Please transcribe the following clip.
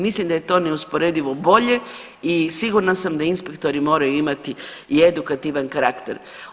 Mislim da je to neusporedivo bolje i sigurna sam da inspektori moraju imati i edukativan karakter.